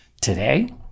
today